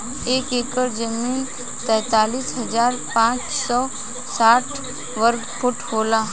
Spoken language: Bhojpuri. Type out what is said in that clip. एक एकड़ जमीन तैंतालीस हजार पांच सौ साठ वर्ग फुट होला